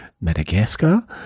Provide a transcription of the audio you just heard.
Madagascar